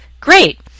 great